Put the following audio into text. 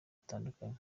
batandukanye